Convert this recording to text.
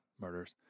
murders